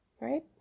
right